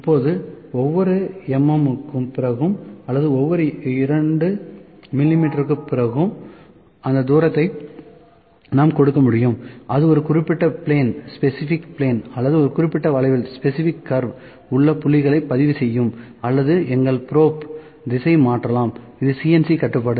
இப்போது ஒவ்வொரு mm க்குப் பிறகு அல்லது ஒவ்வொரு 2 mm க்குப் பிறகு அந்த தூரத்தை நாம் கொடுக்க முடியும் அது ஒரு குறிப்பிட்ட பிளேன் அல்லது குறிப்பிட்ட வளைவில் உள்ள புள்ளிகளைப் பதிவு செய்யும் அல்லது எங்கள் ப்ரோப் திசையை மாற்றலாம் இது CNC கட்டுப்பாடு